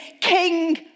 King